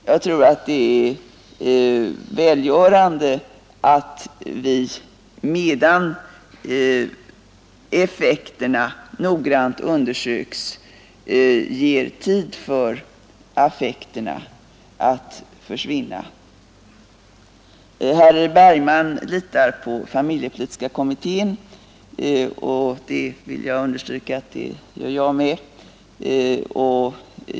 Jag tror att det är välgörande att vi, medan effekterna noggrant undersöks, ger tid för affekterna att försvinna. Herr Bergman litar på familjepolitiska kommittén och jag vill understryka att det gör jag med.